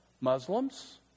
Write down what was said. Muslims